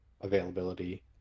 availability